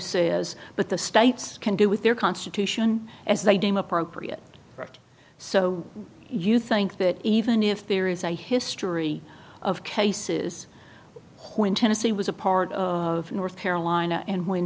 says but the states can do with their constitution as they deem appropriate so you think that even if there is a history of cases when tennessee was a part of north carolina and when